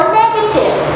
negative